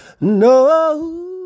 No